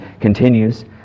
continues